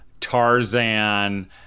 Tarzan